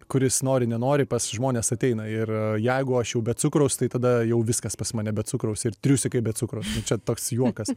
kuris nori nenori pas žmones ateina ir jeigu aš jau be cukraus tai tada jau viskas pas mane be cukraus ir triusikai be cukraus čia toks juokas